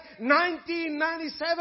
1997